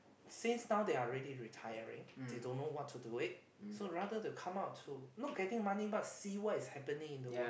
since now they are ready retiring they don't know what to do it so rather to come out to not getting money but see what's happening in the world